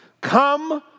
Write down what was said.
come